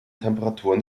temperaturen